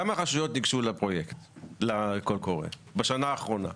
כמה רשויות ניגשו לקול קורא בשנה האחרונה?